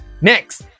Next